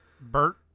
Bert